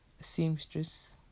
seamstress